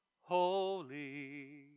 holy